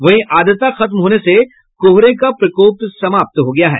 वहीं आर्द्रता खत्म होने से कोहरे का प्रकोप समाप्त हो गया है